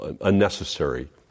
unnecessary